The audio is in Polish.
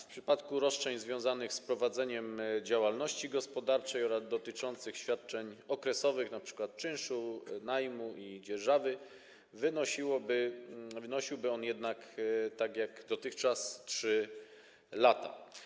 W przypadku roszczeń związanych z prowadzeniem działalności gospodarczej oraz dotyczących świadczeń okresowych, np. czynszu, najmu i dzierżawy, wynosiłby on jednak, tak jak dotychczas, 3 lata.